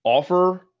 Offer